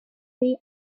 way